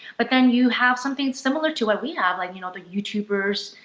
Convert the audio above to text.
but then you have something similar to what we have. like you know, the youtubers,